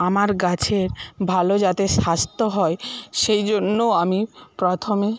আমার গাছের ভালো যাতে স্বাস্থ্য হয় সেই জন্য আমি প্রথমে